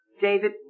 David